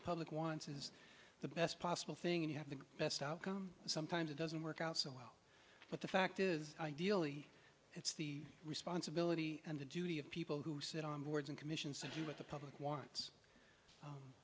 the public wants is the best possible thing and have the best outcome and sometimes it doesn't work out so well but the fact is ideally it's the responsibility and the duty of people who sit on boards and commissions to do what the public wants u